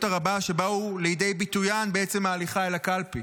הרבה שבאו לביטוין בעצם ההליכה אל הקלפי.